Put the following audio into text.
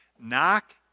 Knock